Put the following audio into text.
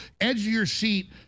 edge-of-your-seat